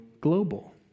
global